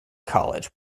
college